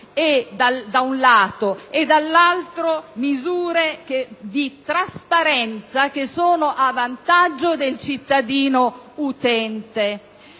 e dall'altro misure di trasparenza a vantaggio del cittadino utente.